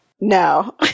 No